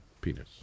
penis